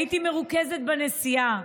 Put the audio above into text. הייתי מרוכזת בנסיעה,